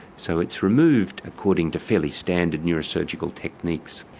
so it's removed according to fairly standard neuro-surgical techniques.